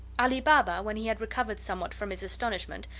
ali baba, when he had recovered somewhat from his astonishment,